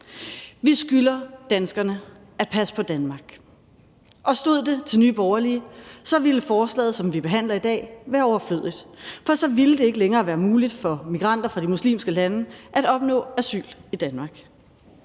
Vi skylder danskerne at passe på Danmark, og stod det til Nye Borgerlige, ville forslaget, som vi behandler i dag, være overflødigt, for så ville det ikke længere være muligt for migranter fra de muslimske lande at opnå asyl i Danmark.